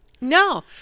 No